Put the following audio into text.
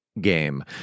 game